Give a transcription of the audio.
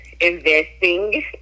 investing